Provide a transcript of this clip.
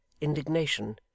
indignation